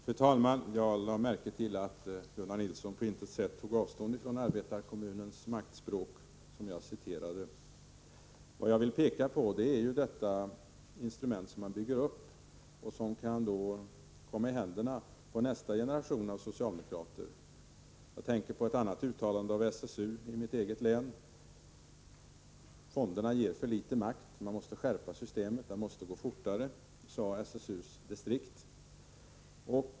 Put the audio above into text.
Fru talman! Jag lade märke till att Gunnar Nilsson i Stockholm på intet sätt tog avstånd från arbetarekommunens maktspråk som jag citerade. Jag vill peka på det instrument som man bygger upp och som kan komma i händerna på nästa generation av socialdemokrater. Jag tänker på ett annat uttalande av SSU i mitt eget län. Fonderna ger för litet makt, man måste skärpa systemet och det måste gå fortare, sade SSU-distriktet.